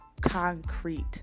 concrete